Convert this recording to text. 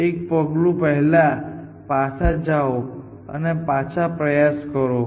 એક પગલું પહેલા પાછા જાઓ અને પછી પાછા પ્રયાસ કરો